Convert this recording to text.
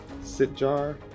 Sitjar